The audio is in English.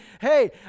hey